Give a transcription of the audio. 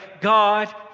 God